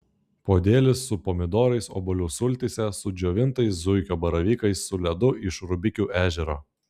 podėlis su pomidorais obuolių sultyse su džiovintais zuikio baravykais su ledu iš rubikių ežero